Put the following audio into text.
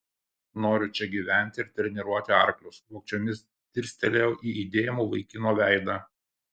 noriu čia gyventi ir treniruoti arklius vogčiomis dirstelėjau į įdėmų vaikino veidą